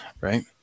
right